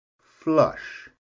flush